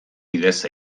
bidez